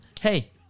hey